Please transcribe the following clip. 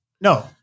no